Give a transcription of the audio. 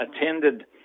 attended